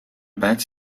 bates